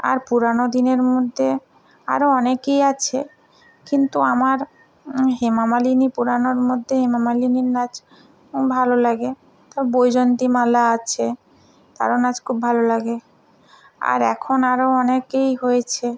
আর পুরানো দিনের মধ্যে আরও অনেকেই আছে কিন্তু আমার হেমা মালিনী পুরানোর মধ্যে হেমা মালিনীর নাচ ভালো লাগে আর বৈজয়ন্তীমালা আছে তারও নাচ খুব ভালো লাগে আর এখন আরও অনেকেই হয়েছে